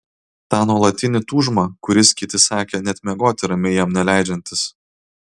tą nuolatinį tūžmą kuris kiti sakė net miegoti ramiai jam neleidžiantis